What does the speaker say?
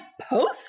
post